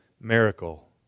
miracle